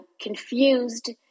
confused